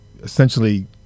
essentially